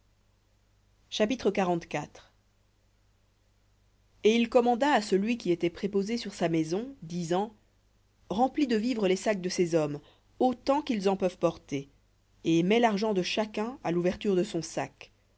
chapitre et il commanda à celui qui était sur sa maison disant remplis de vivres les sacs de ces hommes autant qu'ils en peuvent porter et mets l'argent de chacun à l'ouverture de son sac